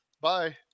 Bye